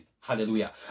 Hallelujah